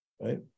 right